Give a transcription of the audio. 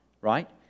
right